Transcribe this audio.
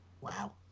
Wow